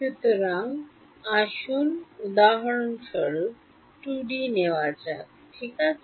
সুতরাং আসুন উদাহরণস্বরূপ 2 ডি নেওয়া যাক ঠিক আছে